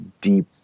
deep